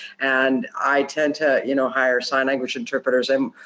and i tend to you know hire sign language interpreters. and